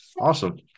awesome